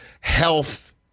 health